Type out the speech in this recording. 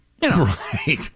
Right